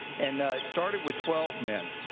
and it started with twelve men.